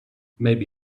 maybe